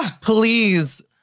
Please